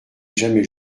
jamais